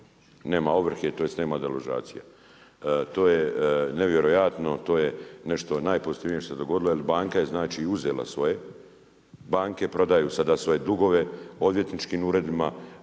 deložacije. To je nevjerojatno, to je nešto najpozitivnije što se dogodilo jel banka je uzela svoje, banke prodaju sada svoje dugove odvjetničkim uredima,